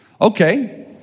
Okay